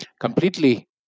completely